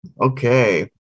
Okay